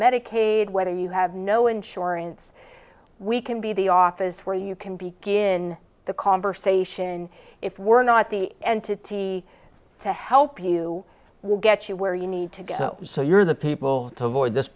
medicaid whether you have no insurance we can be the office where you can begin the conversation if we're not the entity to help you will get you where you need to go so you're the people to avoid this